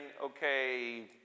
okay